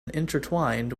intertwined